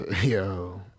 yo